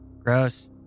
Gross